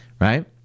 right